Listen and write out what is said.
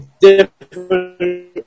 different